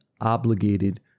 obligated